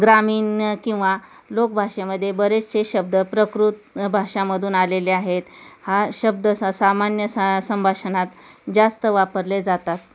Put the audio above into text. ग्रामीण किंवा लोकभाषेमध्ये बरेसशे शब्द प्राकृत भाषांमधून आलेले आहेत हे शब्द स् सामान्य सा संभाषणात जास्त वापरले जातात